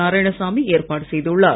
நாராயணசாமி ஏற்பாடு செய்துள்ளார்